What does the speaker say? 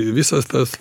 visas tas